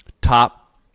Top